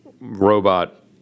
robot